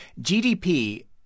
GDP